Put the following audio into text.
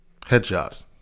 Headshots